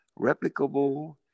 replicable